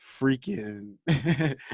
freaking